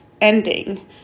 ending